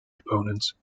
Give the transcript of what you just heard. opponents